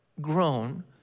grown